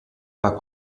war